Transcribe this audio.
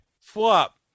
Flop